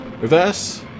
reverse